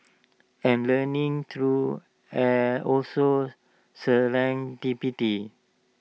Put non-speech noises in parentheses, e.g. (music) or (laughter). and learning through (hesitation) also serendipity